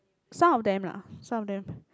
some of them lah some of them